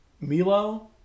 Milo